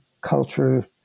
culture